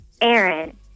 Aaron